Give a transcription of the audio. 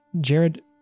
Jared